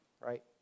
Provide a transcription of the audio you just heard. right